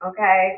Okay